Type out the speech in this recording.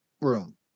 room